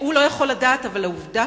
הוא לא יכול לדעת, אבל העובדה